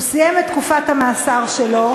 הוא סיים את תקופת המאסר שלו,